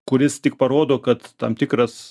kuris tik parodo kad tam tikras